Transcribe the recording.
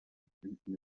verschwinden